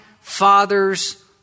father's